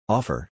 Offer